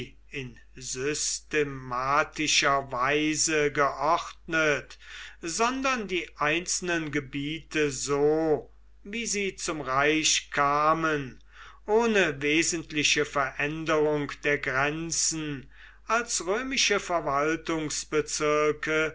in systematischer weise geordnet sondern die einzelnen gebiete so wie sie zum reich kamen ohne wesentliche veränderung der grenzen als römische